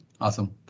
Awesome